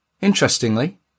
Interestingly